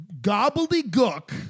gobbledygook